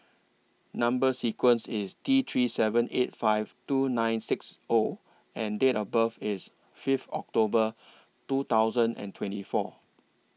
Number sequence IS T three seven eight five two nine six O and Date of birth IS Fifth October two thousand and twenty four